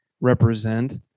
represent